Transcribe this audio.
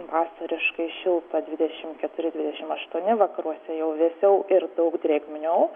vasariškai šilta dvidešim keturi dvidešim aštuoni vakaruose jau vėsiau ir daug drėgniau